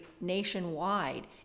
nationwide